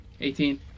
18